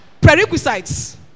prerequisites